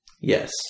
Yes